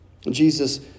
Jesus